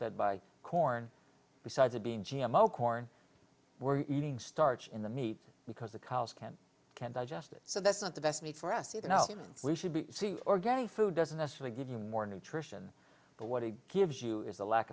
spread by corn besides being g m o corn we're eating starch in the meat because the cows can't can't digest it so that's not the best meat for us you know we should be see organic food doesn't necessarily give you more nutrition the what it gives you is the lack